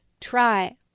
try